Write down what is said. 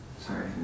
Sorry